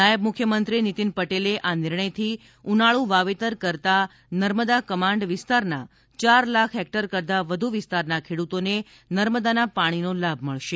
નાયબ મુખ્યમંત્રી નીતીન પટેલે આ નિર્ણયથી ઉનાળું વાવેતર કરતા નર્મદા કમાન્ડ વિસ્તારના ચાર લાખ હેક્ટર કરતા વધુ વિસ્તારના ખેડૂતોને નર્મદાના પાણીનો લાભ મળશે